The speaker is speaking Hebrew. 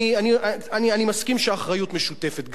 אני מסכים שהאחריות משותפת.